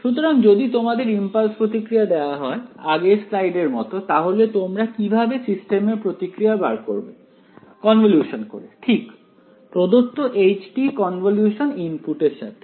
সুতরাং যদি তোমাদের ইম্পালস প্রতিক্রিয়া দেওয়া হয় আগের স্লাইড এর মত তাহলে তোমরা কিভাবে সিস্টেম এর প্রতিক্রিয়া বার করবে কনভলিউশন করে ঠিক প্রদত্ত h কনভলিউশন ইনপুট এর সাথে